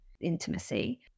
intimacy